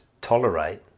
tolerate